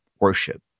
worship